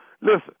Listen